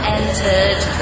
entered